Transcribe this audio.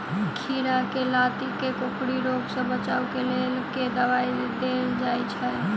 खीरा केँ लाती केँ कोकरी रोग सऽ बचाब केँ लेल केँ दवाई देल जाय छैय?